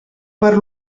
per